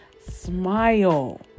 smile